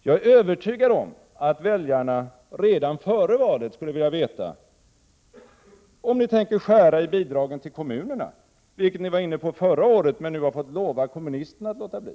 Jag är övertygad om att väljarna redan före valet skulle vilja veta, om ni tänker skära i bidragen till kommunerna, vilket ni var inne på förra året men nu har fått lova kommunisterna att låta bli.